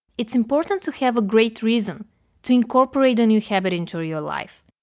it's important to have a great reason to incorporate a new habit into your life.